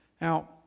Now